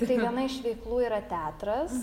tai viena iš veiklų yra teatras